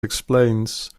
explains